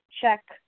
check